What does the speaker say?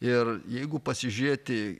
ir jeigu pasižiūrėti